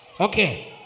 Okay